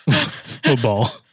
football